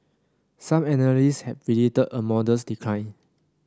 some analysts had predicted a modest decline